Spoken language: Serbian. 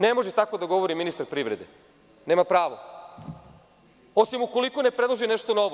Ne može tako da govori ministar privrede, nema pravo, osim ukoliko ne predloži nešto novo.